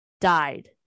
died